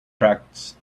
tracts